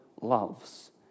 loves